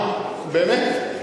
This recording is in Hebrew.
באמת?